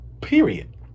Period